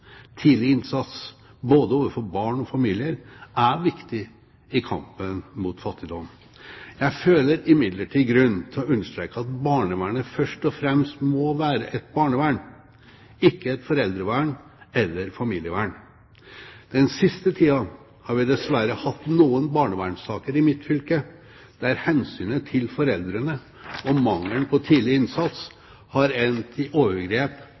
Tidlig innsats overfor både barn og familier er viktig i kampen mot fattigdom. Jeg føler imidlertid grunn til å understreke at barnevernet først og fremst må være et barnevern, ikke et foreldrevern eller familievern. Den siste tida har vi dessverre hatt noen barnevernssaker i mitt fylke der hensynet til foreldrene og mangelen på tidlig innsats har endt i overgrep